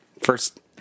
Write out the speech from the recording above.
first